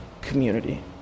community